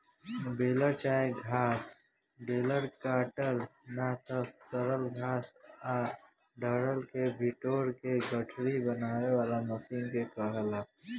baler चाहे घास baler काटल ना त सड़ल घास आ डंठल के बिटोर के गठरी बनावे वाला मशीन के कहाला